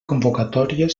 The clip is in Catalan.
convocatòria